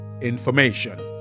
information